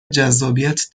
جذابیت